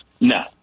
No